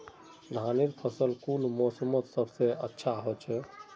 धानेर फसल कुन मोसमोत सबसे अच्छा होचे?